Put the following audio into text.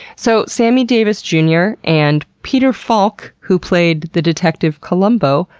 so sammy davis jr. and peter falk, who played the detective columbo,